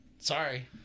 Sorry